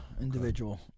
individual